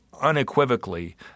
unequivocally